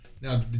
Now